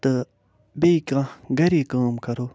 تہٕ بیٚیہِ کانٛہہ گَرے کٲم کَرو